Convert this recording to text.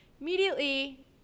immediately